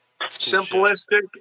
Simplistic